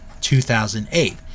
2008